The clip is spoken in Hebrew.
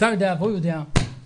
אתה יודע והוא יודע אבל